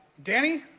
danny,